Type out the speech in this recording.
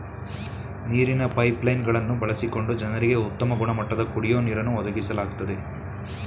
ನೀರಿನ pipeline ಗಳನ್ನು ಬಳಸಿಕೊಂಡು ಜನರಿಗೆ ಉತ್ತಮ ಗುಣಮಟ್ಟದ ಕುಡಿಯೋ ನೀರನ್ನು ಒದಗಿಸ್ಲಾಗ್ತದೆ